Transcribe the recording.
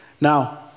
Now